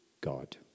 God